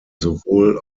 sowohl